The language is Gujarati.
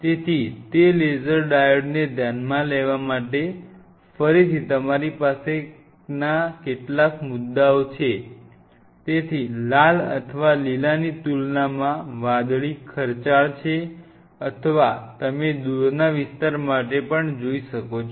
તેથી તે લેસર ડાયોડને ધ્યાનમાં લેવા માટે ફરીથી તમારી પાસેના કેટલાક મુદ્દાઓ છે તેથી લાલ અથવા લીલાની તુલનામાં વાદળી ખર્ચાળ છે અથવા તમે દૂરના વિસ્તાર માટે પણ જઈ શકો છો